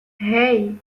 hey